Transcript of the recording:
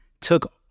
took